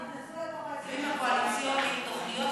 נכנסו לתוך ההסכמים הקואליציוניים תוכניות